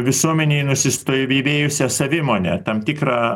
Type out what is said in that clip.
visuomenėj nusistovivėjusią savimonę tam tikrą